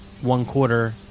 one-quarter